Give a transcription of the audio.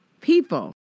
people